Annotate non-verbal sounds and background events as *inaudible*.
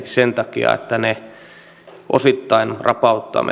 sen takia että ne osittain rapauttavat *unintelligible*